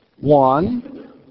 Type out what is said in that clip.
one